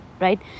right